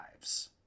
lives